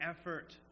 effort